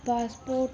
passport